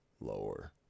lower